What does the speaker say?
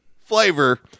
flavor